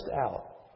out